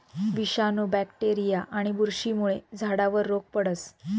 विषाणू, बॅक्टेरीया आणि बुरशीमुळे झाडावर रोग पडस